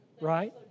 Right